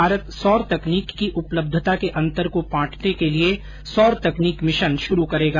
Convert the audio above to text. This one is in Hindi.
भारत सौर तकनीक की उपलब्यता के अंतर को पाटने के लिये सौर तकनीक मिशन शुरू करेगा